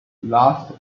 last